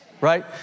right